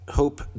hope